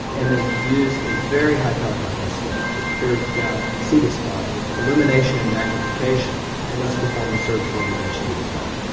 and then you use a very high powered microscope to peer down and see the spine with illumination and magnification and thus perform the surgical intervention we desire.